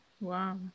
Wow